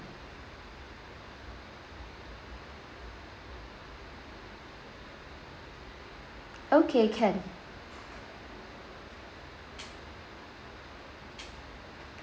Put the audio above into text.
okay can